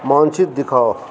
मानचित्र देखाउ